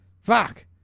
Fuck